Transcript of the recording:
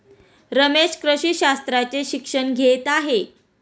रमेश कृषी शास्त्राचे शिक्षण घेत आहे